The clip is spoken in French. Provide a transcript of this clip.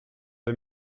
des